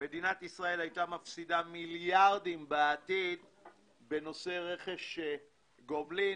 מדינת ישראל הייתה מפסידה מיליארדים בעתיד בנושא רכש גומלין.